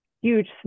huge